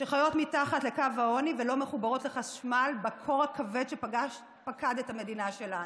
שחיות מתחת לקו העוני ולא מחוברות לחשמל בקור הכבד שפקד את המדינה שלנו.